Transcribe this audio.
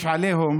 יש עליהום